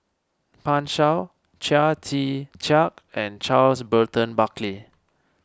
Pan Shou Chia Tee Chiak and Charles Burton Buckley